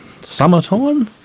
summertime